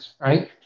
right